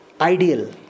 ideal